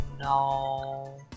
no